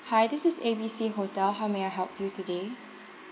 hi this is A_B_C hotel how may I help you today